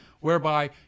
whereby